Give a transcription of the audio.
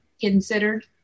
considered